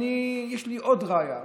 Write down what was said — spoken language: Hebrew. ויש לי עוד ראיה,